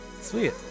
Sweet